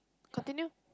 continue